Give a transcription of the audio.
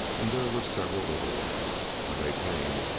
and there were several little ones. when they came,